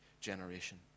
generation